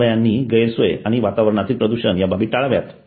रुग्णालयांनी गैरसोय आणि वातावरणातील प्रदूषण या बाबी टाळाव्यात